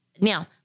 Now